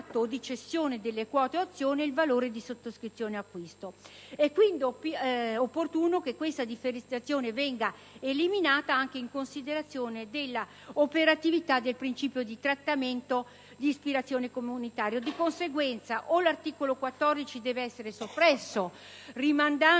il valore di sottoscrizione o acquisto. Appare quindi opportuno che tale differenziazione venga eliminata, anche in considerazione dell'operatività del principio di parità di trattamento di ispirazione comunitaria. Di conseguenza, o l'articolo 14 deve essere soppresso rimandando